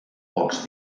pocs